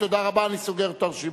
תודה רבה, אני סוגר את הרשימה.